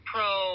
Pro